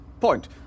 point